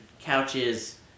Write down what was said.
couches